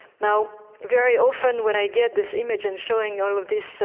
now, very often when i get this image and showing all of this,